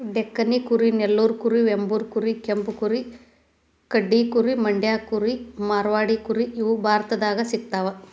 ಡೆಕ್ಕನಿ ಕುರಿ ನೆಲ್ಲೂರು ಕುರಿ ವೆಂಬೂರ್ ಕುರಿ ಕೆಂಪು ಕುರಿ ಗಡ್ಡಿ ಕುರಿ ಮಂಡ್ಯ ಕುರಿ ಮಾರ್ವಾಡಿ ಕುರಿ ಇವು ಭಾರತದಾಗ ಸಿಗ್ತಾವ